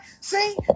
See